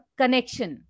connection